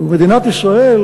ומדינת ישראל,